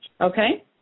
Okay